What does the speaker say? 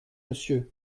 monsieur